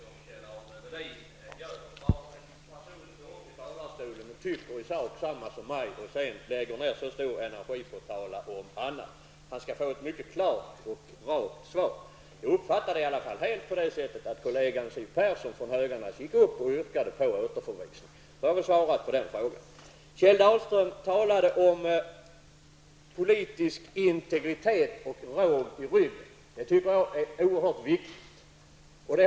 Fru talman! Jag tycker inte att man behöver hetsa upp sig så våldsamt som Kjell-Arne Welin gjorde. Kjell-Arne Welin gick upp i talarstolen och tyckte i sak detsamma som jag och lade sedan ned mycket stor energi på att tala om annat! Han skall få ett mycket klart och rakt svar. Jag uppfattade det i alla fall så att kollegan Siw Persson från Höganäs yrkade på återförvisning. Nu har jag svarat på den frågan. Kjell Dahlström talade om politisk integritet och råg i ryggen. Det tycker jag är oerhört viktigt.